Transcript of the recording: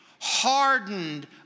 hardened